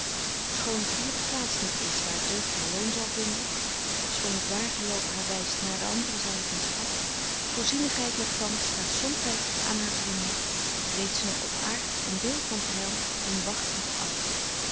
schoon t hier de plaats niet is daar deugd haar loon zal vinden schoon t waar geloof haar wyst naar d andre zy van t graf voorzienigheid nochtans staat somtyds aan haar vrinden reeds nog op aard een deel van t heil hun wagtent af